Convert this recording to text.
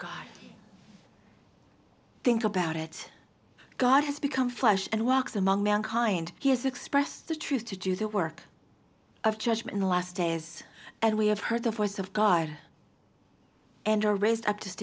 god think about it god has become flesh and walks among mankind he has expressed the truth to do the work of judgement the last days and we have heard the voice of god and are raised up